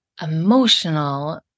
emotional